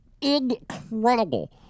incredible